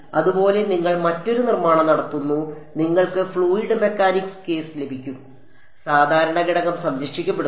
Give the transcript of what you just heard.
അതുപോലെ നിങ്ങൾ മറ്റൊരു നിർമ്മാണം നടത്തുന്നു നിങ്ങൾക്ക് ഫ്ലൂയിഡ് മെക്കാനിക്സ് കേസ് ലഭിക്കും സാധാരണ ഘടകം സംരക്ഷിക്കപ്പെടുന്നു